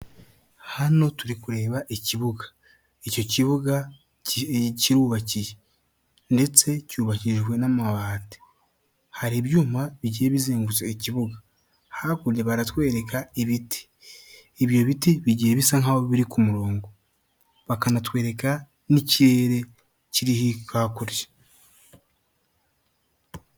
Hano turi kureba ikibuga, icyo kibuga kirubakiye ndetse cyubakishijwe n'amabati, hari ibyuma bigiye bizengutse ikibuga, hakurya baratwereka ibiti, ibyo biti bigiye bisa nk'aho biri ku murongo, bakanatwereka n'ikirere kiri hakurya.